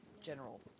general